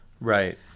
Right